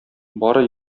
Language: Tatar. бары